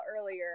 earlier